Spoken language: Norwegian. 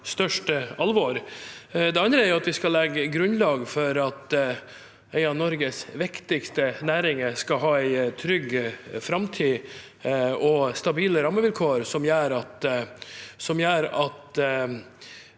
Det andre er at vi skal legge grunnlag for at en av Norges viktigste næringer skal ha en trygg framtid og stabile rammevilkår, som gjør at